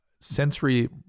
sensory